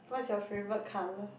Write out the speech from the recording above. what's your favourite colour